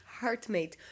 heartmate